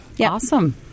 Awesome